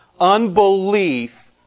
Unbelief